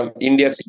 India